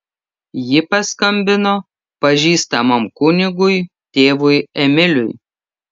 ji paskambino pažįstamam kunigui tėvui emiliui